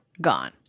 gone